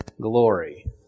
glory